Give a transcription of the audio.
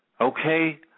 okay